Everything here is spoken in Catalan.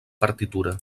partitura